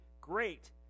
great